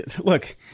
look